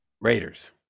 Raiders